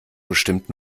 bestimmt